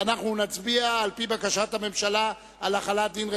תודה רבה לשר המשפטים.